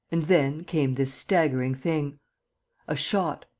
and then came this staggering thing a shot,